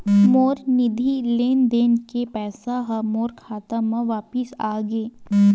मोर निधि लेन देन के पैसा हा मोर खाता मा वापिस आ गे